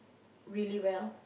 really well